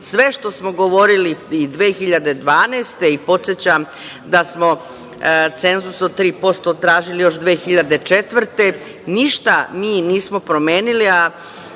Sve što smo govorili i 2012. godine i podsećam da smo cenzus od 3% tražili još 2004. godine, ništa mi nismo promenili,